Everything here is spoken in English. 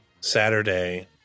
Saturday